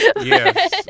Yes